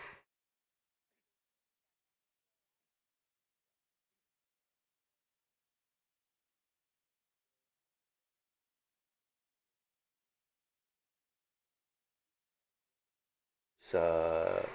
the